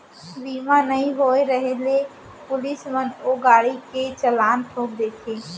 बीमा नइ होय रहें ले पुलिस मन ओ गाड़ी के चलान ठोंक देथे